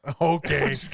Okay